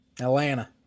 Atlanta